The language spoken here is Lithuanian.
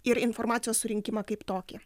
ir informacijos surinkimą kaip tokį